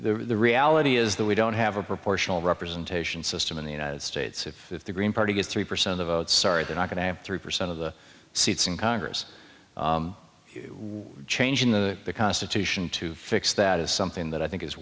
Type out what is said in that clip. the the reality is that we don't have a proportional representation system in the united states if the green party gets three percent of votes sorry they're not going to have three percent of the seats in congress were changing the constitution to fix that is something that i think is